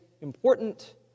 important